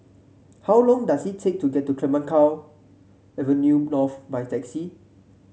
how long does it take to get to Clemenceau Avenue North by taxi